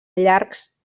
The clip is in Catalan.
llargs